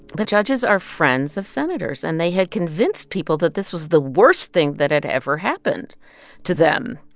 but judges are friends of senators, and they had convinced people that this was the worst thing that had ever happened to them.